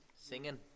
Singing